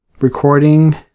recording